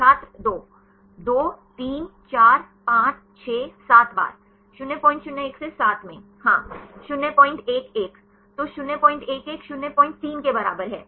छात्र 2 2 3 4 5 6 7 बार 001 से 7 में हां 011 तो 011 03 के बराबर है